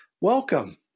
Welcome